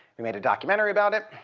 we made a documentary about it.